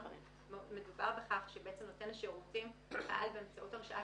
מדובר בכך שנותן השירותים פעל באמצעות הרשאה